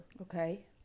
Okay